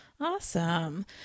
Awesome